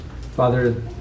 Father